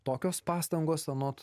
tokios pastangos anot